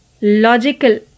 Logical